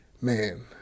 man